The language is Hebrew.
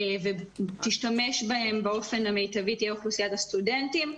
ותשתמש בהם באופן המיטבי תהיה אוכלוסיית הסטודנטים.